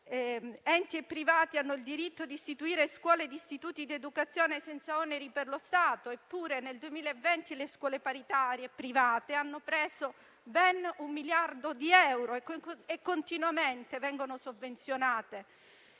«Enti e privati hanno il diritto di istituire scuole ed istituti di educazione, senza oneri per lo Stato». Eppure, nel 2020, le scuole paritarie private hanno preso ben un miliardo di euro e continuamente vengono sovvenzionate,